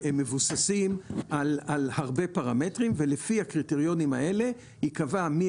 שמבוססים על הרבה פרמטרים ולפי הקריטריונים האלה ייקבע מי